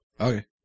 Okay